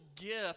gift